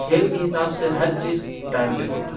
کھیل کے حساب سے ہر چیز ٹائم پہ ہوتا ہے